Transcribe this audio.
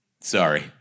Sorry